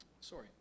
Sorry